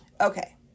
Okay